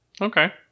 Okay